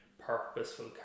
purposeful